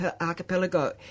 archipelago